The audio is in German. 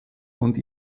und